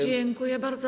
Dziękuję bardzo.